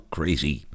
Crazy